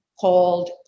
called